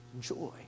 Joy